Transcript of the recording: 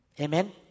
Amen